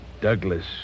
Douglas